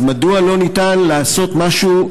אז מדוע לא ניתן לעשות משהו,